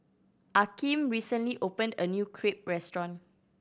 Akeem recently opened a new Crepe restaurant